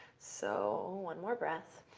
so one more breath,